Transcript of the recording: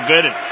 good